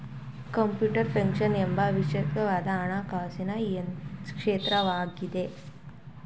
corporate finance ಒಂದು ವಿಶಿಷ್ಟವಾದ ಹಣಕಾಸು ಕ್ಷೇತ್ರವಾಗಿದೆ